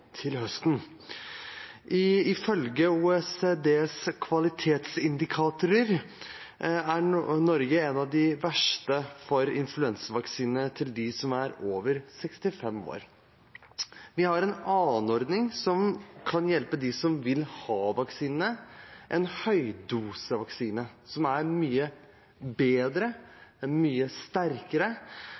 Norge en av de verste når det gjelder influensavaksiner til dem som er over 65 år. Vi har en annen ordning som kan hjelpe dem som vil ha vaksine, en høydosevaksine som er mye bedre, mye sterkere,